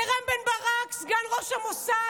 לרם בן ברק, סגן ראש המוסד?